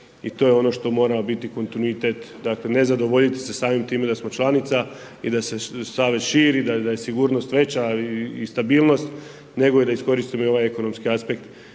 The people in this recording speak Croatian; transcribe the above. i to je ono što mora biti kontinuitet, dakle ne zadovoljiti se samim time da smo članica i da se savez širi, da je sigurnost veća i stabilnost, nego da iskoristimo ovaj ekonomski aspekt,